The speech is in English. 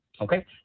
Okay